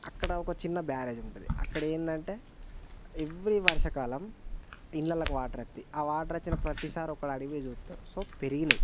అక్కడ ఒక చిన్న బ్యారేజ్ ఉంటది అక్కడ ఏంటంటే ఎవ్రీ వర్షాకాలం ఇండ్లల్లకి వాటర్ అత్తయ్ ఆ వాటర్ వచ్చిన ప్రతిసారి ఒకడు ఆడికి పోయి సూత్తరు సో పెరిగినాయి